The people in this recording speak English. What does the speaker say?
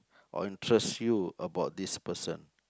or interests you about this person